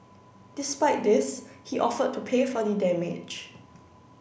despite this he offered to pay for the damage